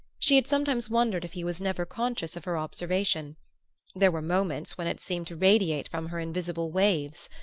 she had sometimes wondered if he was never conscious of her observation there were moments when it seemed to radiate from her in visible waves.